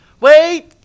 Wait